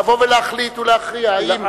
לבוא ולהחליט ולהכריע האם,